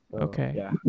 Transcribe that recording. Okay